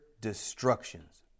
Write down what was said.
destructions